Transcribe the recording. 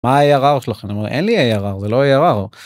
מה ה- ARR שלכם? אני אומר לו: אין לי ARR זה לא ARR.